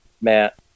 matt